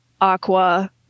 Aqua